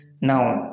now